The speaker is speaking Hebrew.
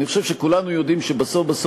אני חושב שכולנו יודעים שבסוף-בסוף,